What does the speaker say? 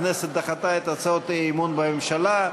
הכנסת דחתה את הצעות האי-אמון בממשלה.